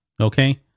Okay